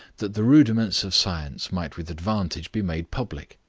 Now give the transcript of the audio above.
that the rudiments of science might with advantage be made public.